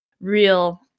real